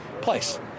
place